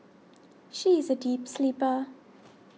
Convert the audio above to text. she is a deep sleeper